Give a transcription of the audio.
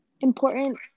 important